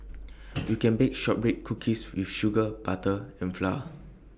you can bake Shortbread Cookies with sugar butter and flour